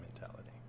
mentality